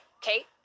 Kate